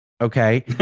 Okay